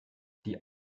die